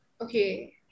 Okay